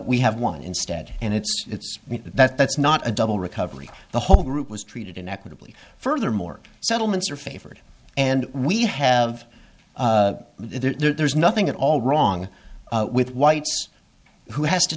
we have one instead and it's that that's not a double recovery the whole group was treated in equitably furthermore settlements are favored and we have there's nothing at all wrong with whites who has to